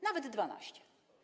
Nawet 12.